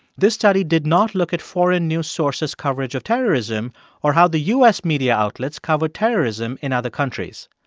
this study did not look at foreign news source's coverage of terrorism or how the u s. media outlets cover terrorism in other countries.